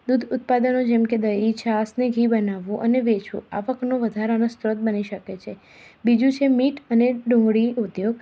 દૂધ ઉત્પાદનો જેમ કે દહી છાશ ને ઘી બનાવવું અને વેચવું આવકનો વધારાનો સ્ત્રોત બની શકે છે બીજું છે મીટ અને ડુંગળી ઉદ્યોગ